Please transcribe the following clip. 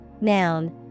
Noun